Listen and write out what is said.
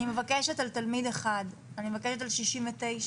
אני מבקשת על תלמיד אחד, אני מבקשת על 69%,